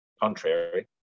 contrary